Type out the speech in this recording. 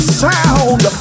sound